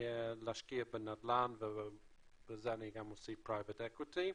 להשקיע בנדל"ן ובזה אני מוסיף גם private equity.